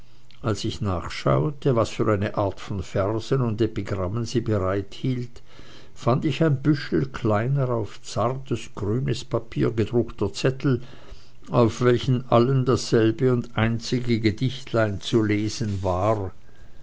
als ich nachschaute was für eine art von versen und epigrammen sie bereithielt fand ich ein büschel kleiner auf zartes grünes papier gedruckter zettel auf welchen allen dasselbe und einzige gedichtlein zu lesen war